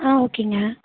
ஆ ஓகேங்க